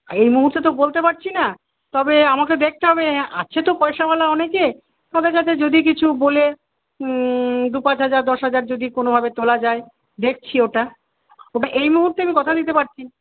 এই মুহূর্তে তো বলতে পারছিনা তবে আমাকে দেখতে হবে আছে তো পয়সাওয়ালা অনেকে তবে তাদের কাছে যদি কিছু বলে দু পাঁচ হাজার দশ হাজার যদি কোনোভাবে তোলা যায় দেখছি ওটা ওটা এই মুহূর্তে আমি কথা দিতে পারছিনা